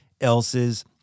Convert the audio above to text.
else's